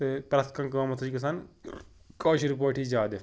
تہٕ پرٛٮ۪تھ کانٛہہ کٲم ہَسا چھِ گَژھان کٲشِر پأٹھی زیادٕ